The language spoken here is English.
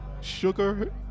sugar